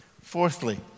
Fourthly